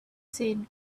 seen